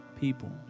people